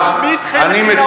אתה משמיט חלק מן העובדות.